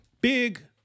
Big